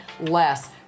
less